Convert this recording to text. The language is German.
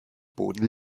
boden